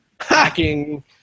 hacking